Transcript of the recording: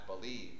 believe